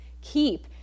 keep